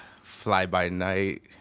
fly-by-night